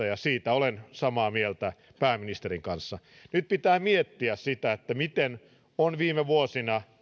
ja siitä olen samaa mieltä pääministerin kanssa nyt pitää miettiä sitä mikä on viime vuosina